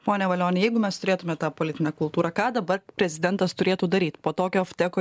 pone valioni jeigu mes turėtume tą politinę kultūrą ką dabar prezidentas turėtų daryt po tokio vteko